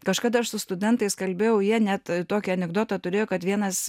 kažkada aš su studentais kalbėjau jie net tokį anekdotą turėjo kad vienas